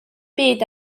byd